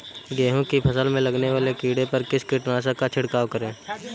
गेहूँ की फसल में लगने वाले कीड़े पर किस कीटनाशक का छिड़काव करें?